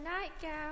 nightgown